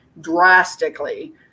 drastically